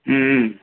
ம் ம்